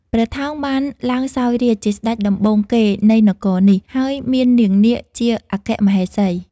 ព្រះថោងបានឡើងសោយរាជ្យជាស្ដេចដំបូងគេនៃនគរនេះ ហើយមាននាងនាគជាអគ្គមហេសី។